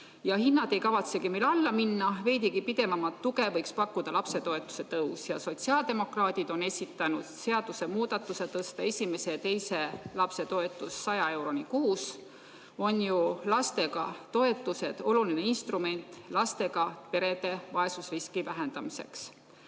Ja hinnad ei kavatsegi meil alla minna. Veidigi pidevamat tuge võiks pakkuda lapsetoetuse tõus ja sotsiaaldemokraadid on esitanud seadusemuudatuse tõsta esimese ja teise lapse toetus 100 euroni kuus. On ju lastetoetused oluline instrument lastega perede vaesusriski vähendamiseks.